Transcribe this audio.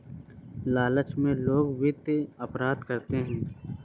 लालच में लोग वित्तीय अपराध करते हैं